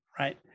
right